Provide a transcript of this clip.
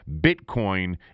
Bitcoin